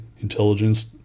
intelligence